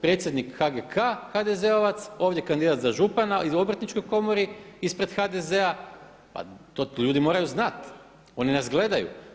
Predsjednik HGK-a HDZ-ovac ovdje kandidat za župana i u Obrtničkoj komori ispred HDZ-a pa to ljudi moraju znati, oni nas gledaju.